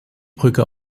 brücke